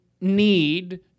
need